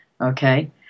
okay